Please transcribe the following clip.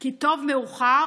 כי טוב מאוחר